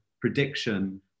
prediction